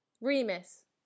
Remus